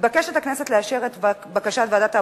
מתבקשת הכנסת לאשר את בקשת ועדת העבודה,